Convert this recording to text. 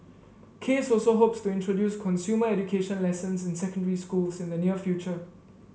case also hopes to introduce consumer education lessons in secondary schools in the near future